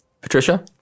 Patricia